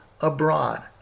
abroad